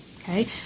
okay